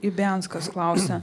ibianskas klausia